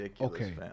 okay